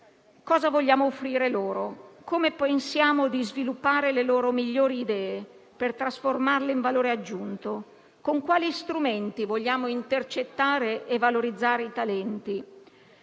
cosa vogliamo offrire loro, come pensiamo di sviluppare le loro migliori idee per trasformarle in valore aggiunto, con quali strumenti vogliamo intercettare e valorizzare i talenti.